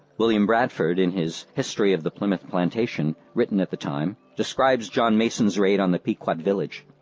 william bradford, in his history of the plymouth plantation written at the time, describes john mason's raid on the pequot village